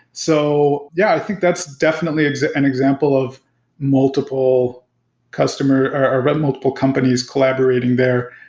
so, yeah, i think that's definitely an example of multiple customer or multiple companies collaborating there.